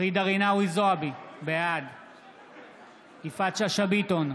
ג'ידא רינאוי זועבי, בעד יפעת שאשא ביטון,